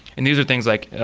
and these are things like,